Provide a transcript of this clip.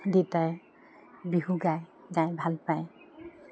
দেউতাই বিহু গায় গাই ভাল পায়